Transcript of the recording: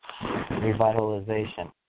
Revitalization